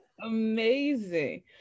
amazing